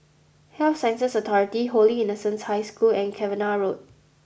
Health Sciences Authority Holy Innocents' High School and Cavenagh Road